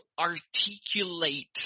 articulate